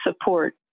support